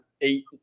eight